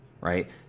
right